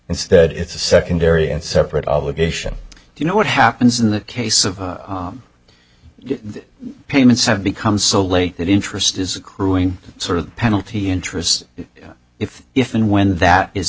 instead it's a secondary and separate obligation you know what happens in the case of payments have become so late that interest is crewing sort of penalty interest if if and when that is